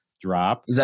drop